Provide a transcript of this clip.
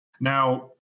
Now